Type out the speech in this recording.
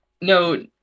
No